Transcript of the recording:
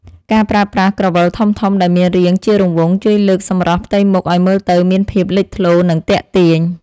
ការប្រើប្រាស់ក្រវិលធំៗដែលមានរាងជារង្វង់ជួយលើកសម្រស់ផ្ទៃមុខឱ្យមើលទៅមានភាពលេចធ្លោនិងទាក់ទាញ។